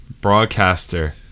broadcaster